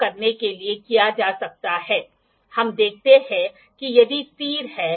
तो निश्चित रूप से आपको अपना सेटअप बनाना होगा जैसे कि आप वह एंग्युलर को मापने का प्रयास करें